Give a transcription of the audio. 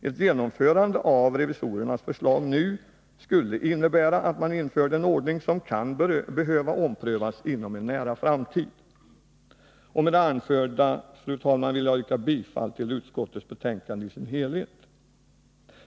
Ett genomförande av revisorernas förslag nu skulle innebära att man införde en ordning som kan behöva omprövas inom en nära framtid.